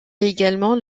également